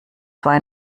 zwar